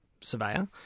surveyor